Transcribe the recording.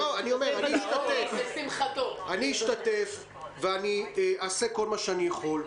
אני אשתתף ואעשה כל מה שאני יכול.